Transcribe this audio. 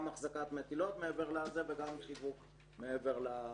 גם החזקת יותר מטילות וגם שיווק מעבר למכסה.